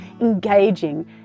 engaging